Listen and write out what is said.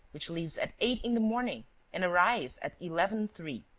which leaves at eight in the morning and arrives at eleven three.